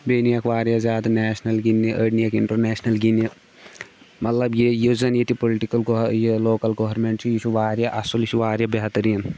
بیٚیہِ نِیکھ واریاہ زیادٕ نیشنَل گِنٛدنہِ أڑۍ نِیَکھ اِنٹَرنیشنَل گِنٛدنہِ مطلب یہِ یُس زَن ییٚتیُٚک پُلٹِکَل گو یہِ لوکَل گورنمنٹ چھِ یہِ چھُ واریاہ اَصٕل یہِ چھِ واریاہ بہتریٖن